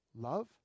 love